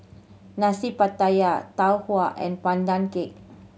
Nasi Pattaya Tau Huay and Pandan Cake